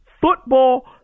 football